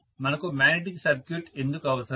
మనకు magnetic circuit ఎందుకు అవసరం